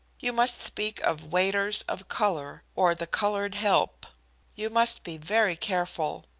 you must speak of waiters of color or the colored help you must be very careful.